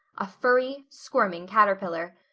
a furry, squirming caterpillar.